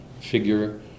figure